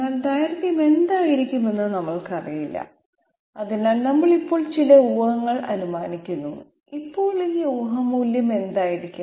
എന്നാൽ ദൈർഘ്യം എന്തായിരിക്കുമെന്ന് നമ്മൾക്കറിയില്ല അതിനാൽ നമ്മൾ ഇപ്പോൾ ചില ഊഹങ്ങൾ അനുമാനിക്കുന്നു ഇപ്പോൾ ഈ ഊഹ മൂല്യം എന്തായിരിക്കും